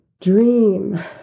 dream